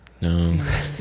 No